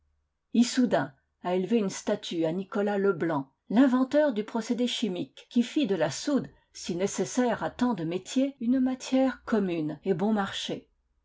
issoudun a élevé une statue à nicolas leblanc l'inventeur du procédé chimique qui fit de la soude si nécessaire à tant de métiers une matière commune et bon marché